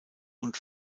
und